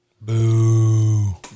Boo